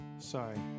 Sorry